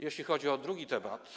Jeśli chodzi o drugi temat.